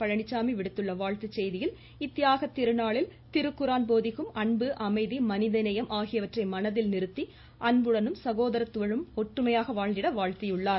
பழனிச்சாமி விடுத்துள்ள வாழ்த்து செய்தியில் இத்தியாகத் திருநாளில் திருக்குர்ஆன் போதிக்கும் அன்பு அமைதி மனித நேயம் ஆகியவந்றை மனதில் நிறுத்தி அன்புடனும் சகோதரத்துவத்துடனும் ஒற்றுமையாக வாழ்ந்திட வாழ்த்தியுள்ளார்